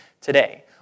today